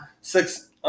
six